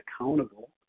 accountable